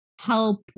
help